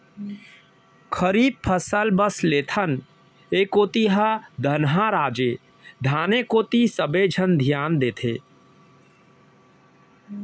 खरीफ फसल बस लेथन, ए कोती ह धनहा राज ए धाने कोती सबे झन धियान देथे